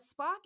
Spock